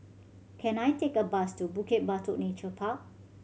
can I take a bus to Bukit Batok Nature Park